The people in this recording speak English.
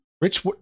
Rich